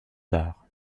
tard